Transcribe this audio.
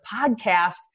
podcast